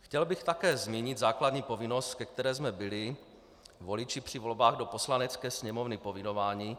Chtěl bych také zmínit základní povinnost, ke které jsme byli voliči při volbách do Poslanecké sněmovny povinováni.